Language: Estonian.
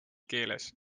keeles